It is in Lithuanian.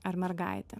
ar mergaitė